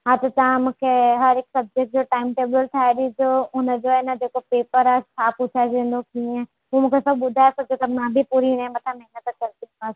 हा त तव्हां मुंखे हर हिकु सबजैक्ट जो टाइम टेबल ठाहे ॾिजो हुनजो आहे न जेको पेपर आहे छा पूछाएजंदो कीअं हू मूंखे सभ ॿुधाए सघे त मां बि पूरी हिनजे मथां महिनत करंदीमांसि